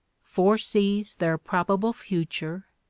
foresees their probable future,